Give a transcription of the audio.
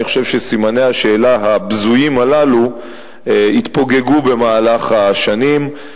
אני חושב שסימני השאלה הבזויים הללו התפוגגו במהלך השנים,